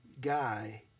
guy